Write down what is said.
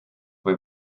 või